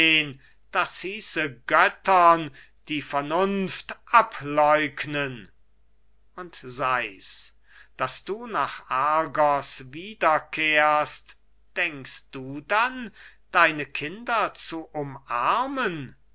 das hieße göttern die vernunft ableugnen und sei's daß du nach argos wiederkehrst denkst du dann deine kinder zu umarmen